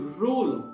rule